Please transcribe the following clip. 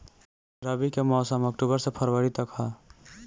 रबी के मौसम अक्टूबर से फ़रवरी तक ह